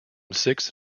six